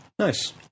Nice